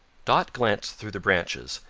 dot glanced through the branches,